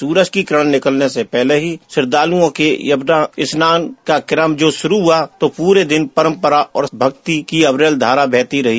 सूरज की किरण निकलने से पहले ही श्रद्धालुओं के यमुना स्नान का क्रम जो शुरू हुआ तो पूरे दिन परंपरा और भक्ति की अविरल धारा बहती रही